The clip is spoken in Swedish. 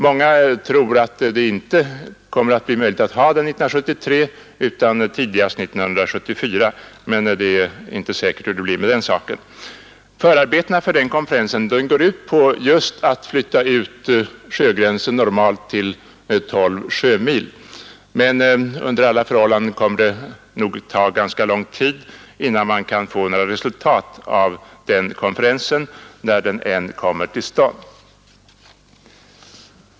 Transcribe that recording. Många tror att det inte kommer att bli möjligt att hålla konferensen 1973 utan tidigast 1974. Förarbetena för konferensen går ut på just att flytta ut sjögränsen normalt till 12 sjömil, men under alla förhållanden kommer det nog att ta ganska lång tid innan man kan få några resultat av konferensen, när den än kommer till stånd.